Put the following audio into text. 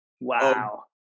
Wow